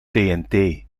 tnt